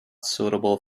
suitable